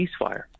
ceasefire